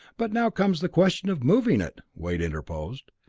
but now comes the question of moving it, wade interposed.